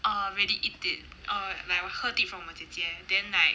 oh really eat it oh like 我 heard it from 我姐姐 then like